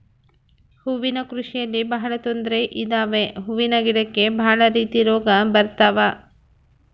ಹೂವಿನ ಕೃಷಿಯಲ್ಲಿ ಬಹಳ ತೊಂದ್ರೆ ಇದಾವೆ ಹೂವಿನ ಗಿಡಕ್ಕೆ ಭಾಳ ರೀತಿ ರೋಗ ಬರತವ